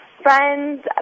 Friends